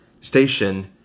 station